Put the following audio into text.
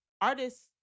artists